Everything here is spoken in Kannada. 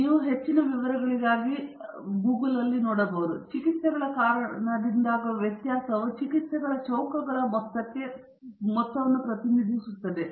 ಆದ್ದರಿಂದ ಚಿಕಿತ್ಸೆಗಳ ಕಾರಣದಿಂದಾಗುವ ವ್ಯತ್ಯಾಸವು ಚಿಕಿತ್ಸೆಗಳ ಚೌಕಗಳ ಮೊತ್ತಕ್ಕೆ ಪ್ರತಿನಿಧಿಸುತ್ತದೆ